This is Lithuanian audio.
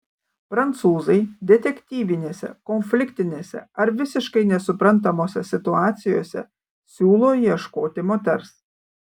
prancūzai detektyvinėse konfliktinėse ar visiškai nesuprantamose situacijose siūlo ieškoti moters